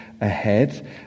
ahead